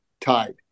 tied